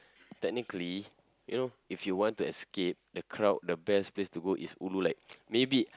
technically you know if you want to escape the crowd the best place to go is ulu like maybe